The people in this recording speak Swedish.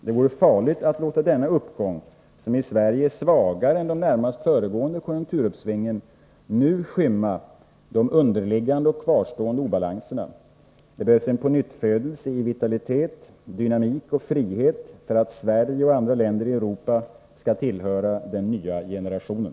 Det vore farligt att låta denna uppgång, som i Sverige är svagare än de närmast föregående konjunkturuppsvingen, nu skymma de underliggande och kvarstående obalanserna. Det behövs en pånyttfödelse i vitalitet, dynamik och frihet för att Sverige och andra länder i Europa skall tillhöra den nya generationen.